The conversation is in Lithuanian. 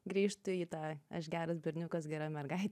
grįžtu į tą aš geras berniukas gera mergaitė